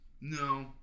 No